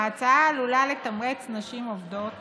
ההצעה עלולה לתמרץ נשים עובדות